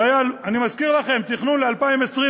זה היה, אני מזכיר לכם, תכנון ל-2025.